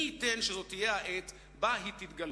מי ייתן שזו תהיה העת בה היא תתגלה.